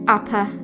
Upper